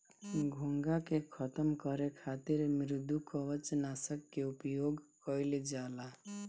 घोंघा के खतम करे खातिर मृदुकवच नाशक के उपयोग कइल जाला